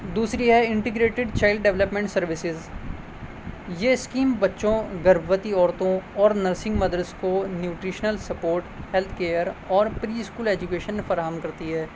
دوسری ہے integrated child development services یہ اسکیم بچوں گربھوتی عورتوں اور نرسنگ مدرس کو نیوٹریشنل سپورٹ ہیلتھ کیئر اور پری اسکول ایجوکیشن فراہم کرتی ہے